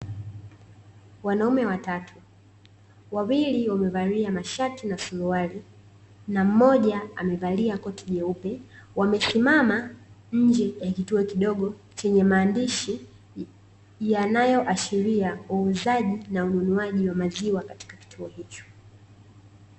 Wanaume watatu, wawili wamevalia masharti na suruali na mmoja amevalia koti jeupe wamesimama nje ya kituo kidogo chenye maandishi yanayoashiria uuzaji na ununuaji wa maziwa katika kituo hicho.